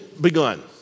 begun